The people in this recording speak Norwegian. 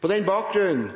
På bakgrunn